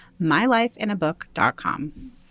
mylifeinabook.com